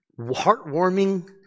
heartwarming